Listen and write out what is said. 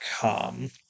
come